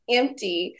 empty